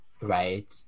right